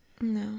No